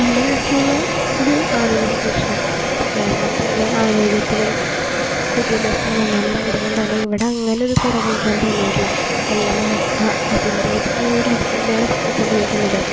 എൻ്റെ നാട്ടിലുള്ള ഒരു ആരോഗ്യപരിരക്ഷ ഇപ്പം കേരളം തന്നെ ആരോഗ്യത്തിലും വിദ്യാഭ്യാസത്തിലും ഒന്നാമത് ആയതുകൊണ്ടു തന്നെ ഇവിടെ അങ്ങനൊരു കുറവ് എനിക്ക് അനുഭവം തോന്നിട്ടില്ല എല്ലാം ഒ അതിൻ്റെതായൊരു രീതിയിൽ തന്നെയാണ് പോയിക്കൊണ്ടിരിക്കുന്നത്